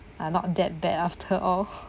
are not that bad after all